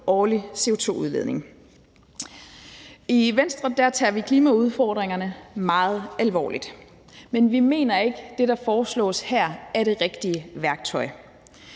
årlig CO2-udledning. I Venstre tager vi klimaudfordringerne meget alvorligt, men vi mener ikke, at det, der foreslås her, er det rigtige værktøj.